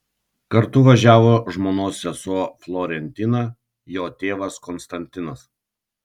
kartu važiavo žmonos sesuo florentina jo tėvas konstantinas